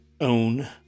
own